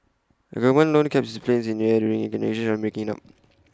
A government loan kept its planes in the air during negotiations on breaking IT up